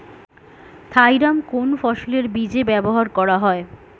Thiram কোন ফসলের বীজে ব্যবহার করা হয়?